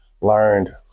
learned